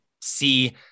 see